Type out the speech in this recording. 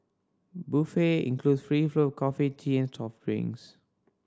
buffet includes free flow of coffee tea and soft drinks